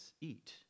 eat